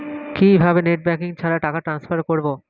কিভাবে net banking ছাড়া টাকা টান্সফার করব?